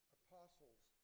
apostles